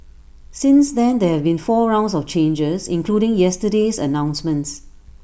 since then there have been four rounds of changes including yesterday's announcements